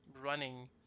running